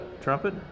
trumpet